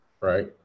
right